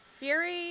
Fury